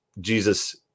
jesus